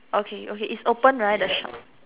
okay okay is open right the shop